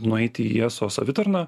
nueiti į eso savitarną